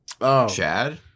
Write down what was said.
Chad